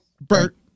Bert